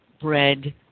bread